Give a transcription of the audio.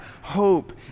hope